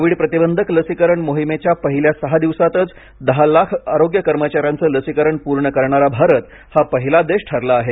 Covid प्रतिबंधक लसीकरण मोहिमेच्या पहिल्या सहा दिवसातच दहा लाख आरोग्य कर्मचाऱ्यांचं लसीकरण पूर्ण करणारा भारत हा पहिला देश ठरला आहे